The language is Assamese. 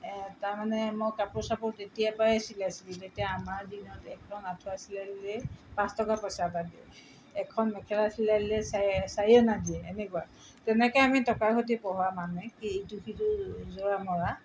তাৰমানে মই কাপোৰ চাপোৰ তেতিয়াৰ পৰাই চিলাইছিলোঁ যেতিয়া আমাৰ দিনত এখন আঁঠুৱা চিলাই দিলেই পাঁচ টকা পইচা এটা দিয়ে এখন মেখেলা চিলাই দিলেই চাই চাৰি অনা দিয়ে এনেকুৱা তেনেকৈ আমি টকা ঘটি পঢ়া মানে কি ইটো সিটো জোৰা মৰা